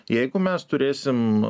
jeigu mes turėsim